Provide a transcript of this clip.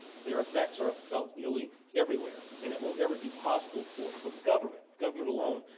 their affects are felt nearly everywhere. and it won't ever be possible for for government, government alone,